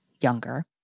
younger